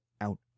out